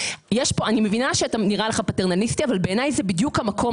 אני מבינה שזה נראה לך פטרנליסטי אבל בעיניי זה בדיוק המקום